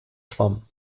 schwamm